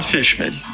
Fishman